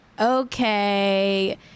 Okay